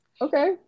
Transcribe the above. okay